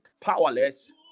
powerless